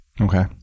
Okay